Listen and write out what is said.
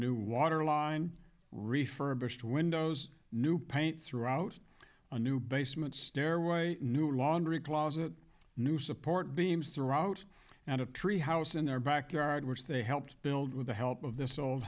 new waterline refurbished windows new paint throughout a new basement stairway a new laundry closet new support beams throughout and a treehouse in their backyard which they helped build with the help of this old